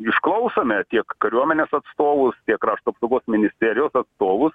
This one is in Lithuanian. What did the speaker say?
išklausome tiek kariuomenės atstovus tiek krašto apsaugos ministerijos atstovus